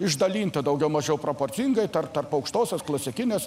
išdalinta daugiau mažiau proporcingai tarp tarp aukštosios klasikinės